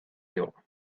you